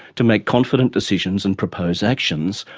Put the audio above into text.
to make confident decisions and propose actions,